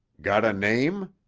got a name?